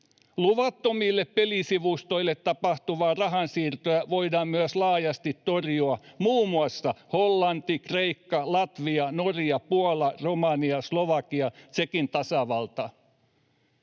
Luvattomille pelisivustoille tapahtuvia rahansiirtoja voidaan myös laajasti torjua muun muassa Hollannissa, Kreikassa, Latviassa, Norjassa, Puolassa, Romaniassa, Slovakiassa ja Tšekin tasavallassa.